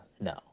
no